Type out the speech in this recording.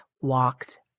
walked